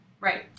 Right